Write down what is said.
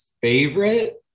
favorite